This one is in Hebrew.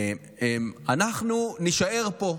אנחנו נישאר פה,